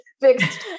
fixed